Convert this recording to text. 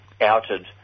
outed